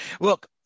Look